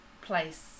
place